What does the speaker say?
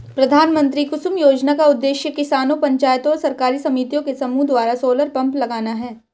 प्रधानमंत्री कुसुम योजना का उद्देश्य किसानों पंचायतों और सरकारी समितियों के समूह द्वारा सोलर पंप लगाना है